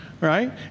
right